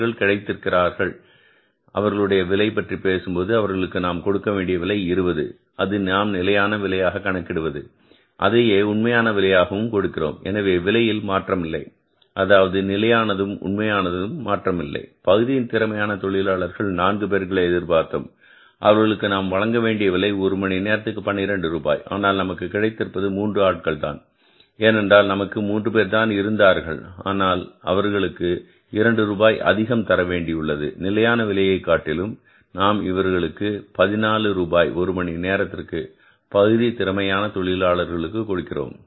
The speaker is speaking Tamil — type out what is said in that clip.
அவர்கள் கிடைத்திருக்கிறார்கள் அவர்களுடைய விலை பற்றி பேசும்போது அவர்களுக்கு நாம் கொடுக்கக்கூடிய விலை 20 ரூபாய் அது நாம் நிலையான விலையாக கணக்கிடுவது அதையே உண்மையான விலையாக கொடுக்கிறோம் எனவே விலையில் மாற்றம் இல்லை அதாவது நிலையானதும் உண்மையானதும் மாற்றமில்லை பகுதி திறமையான தொழிலாளர்கள் நான்கு பேர்களை எதிர்பார்த்தோம் அவர்களுக்கு நாம் வழங்கவேண்டிய விலை ஒரு மணி நேரத்திற்கு 12 ரூபாய் ஆனால் நமக்கு கிடைத்திருப்பது 3 ஆட்கள் தான் ஏனென்றால் நமக்கு மூன்று பேர்தான் இருந்தார்கள் ஆனால் இவர்களுக்கு இரண்டு ரூபாய் அதிகம் தர வேண்டியுள்ளது நிலையான விலையை காட்டிலும் நாம் இவர்களுக்கு 40 ரூபாய் ஒரு மணி நேரத்திற்கு பகுதி திறமையான தொழிலாளர்களுக்கு கொடுக்கிறோம்